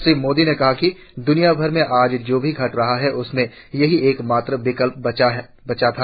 श्री मोदी ने कहा कि द्निया भर में आज जो क्छ भी घट रहा है उसमें यही एकमात्र विकल्प बचा था